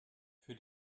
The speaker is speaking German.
für